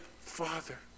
Father